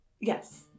Yes